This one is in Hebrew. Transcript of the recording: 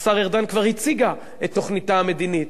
השר ארדן, כבר הציגה את תוכניתה המדינית?